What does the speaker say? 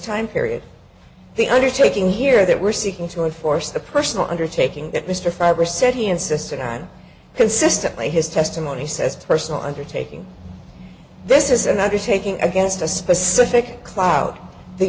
time period the undertaking here that we're seeking to enforce the personal undertaking that mr fiber said he insisted on consistently his testimony says personal undertaking this is an undertaking against a specific cloud the